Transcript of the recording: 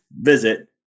visit